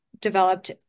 developed